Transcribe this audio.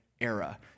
era